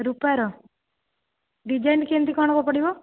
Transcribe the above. ରୂପାର ଡିଜାଇନ୍ କେମିତି କ'ଣ ହେବ ପଡ଼ିବ